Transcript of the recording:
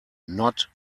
not